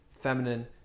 feminine